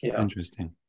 Interesting